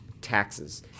taxes